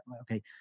Okay